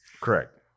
Correct